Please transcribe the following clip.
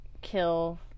kill